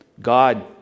God